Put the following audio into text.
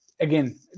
again